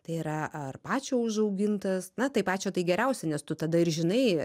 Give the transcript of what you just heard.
tai yra ar pačio užaugintas na tai pačio tai geriausia nes tu tada ir žinai